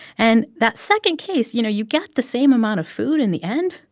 and that second case, you know, you get the same amount of food in the end,